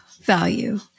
value